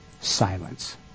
Silence